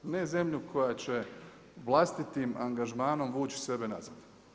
Ne zemlju koja će vlastitim angažmanom vući sebe nazad.